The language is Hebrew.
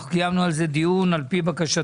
אנחנו קיימנו על זה דיון על פי בקשתה